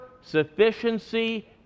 sufficiency